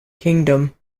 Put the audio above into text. kingdom